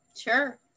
sure